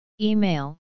Email